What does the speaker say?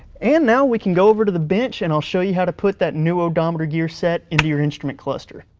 and now, we can go over to the bench, and i'll show you how to put that new odometer gear set into your instrument cluster.